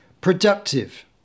productive